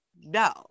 no